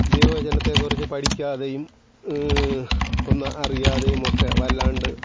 ദൈവ വചനത്തെ കുറിച്ച് പഠിക്കാതെയും ഒന്ന് അറിയാതെയുമൊക്കെ വല്ലാണ്ട്